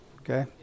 okay